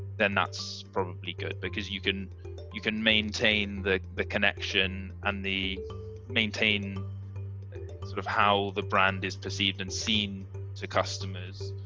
then that's probably good, because you can you can maintain the the connection and the maintain sort of how the brand is perceived and seen to customers.